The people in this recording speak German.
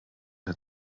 der